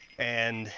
and